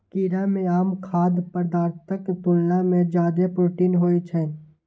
कीड़ा मे आम खाद्य पदार्थक तुलना मे जादे प्रोटीन होइ छै